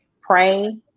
pray